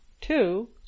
Two